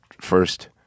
first